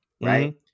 right